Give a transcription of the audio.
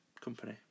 Company